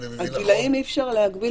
את הגילאים אי אפשר להגביל,